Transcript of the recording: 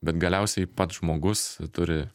bet galiausiai pats žmogus turi